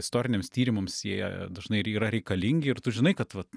istoriniams tyrimams jie dažnai ir yra reikalingi ir tu žinai kad vat